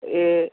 ए